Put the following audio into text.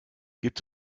gibt